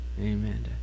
Amen